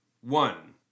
one